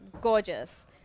gorgeous